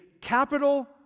capital